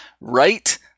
Right